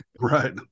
Right